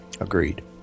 Agreed